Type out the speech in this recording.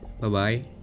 Bye-bye